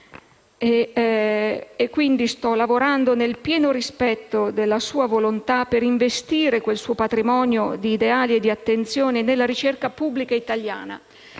quindi sto lavorando nel pieno rispetto della sua volontà per investire questo patrimonio anche di ideali e di attenzione nella ricerca pubblica italiana.